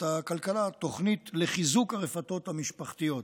הכלכלה תוכנית לחיזוק הרפתות המשפחתיות.